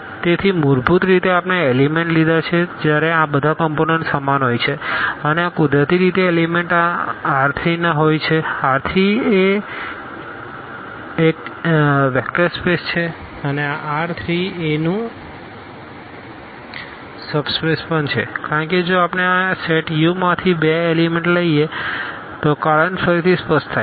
તેથી મૂળભૂત રીતે આપણે એલીમેન્ટ લીધાં છે જ્યારે આ બધા કમપોનન્ટ સમાન હોય છે અને આ કુદરતી રીતે એલીમેન્ટ આ R3 ના હોય છે R3 a એ વેક્ટર સ્પેસ છે અને આ R3 a નું સબ સ્પેસ પણ છે કારણ જો આપણે આ સેટ U માંથી બે એલીમેન્ટ લઈએ તો કારણ ફરીથી સ્પષ્ટ થાય છે